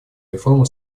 реформа